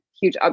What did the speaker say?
huge